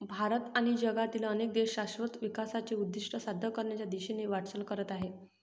भारत आणि जगातील अनेक देश शाश्वत विकासाचे उद्दिष्ट साध्य करण्याच्या दिशेने वाटचाल करत आहेत